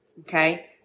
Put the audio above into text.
Okay